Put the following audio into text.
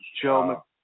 Joe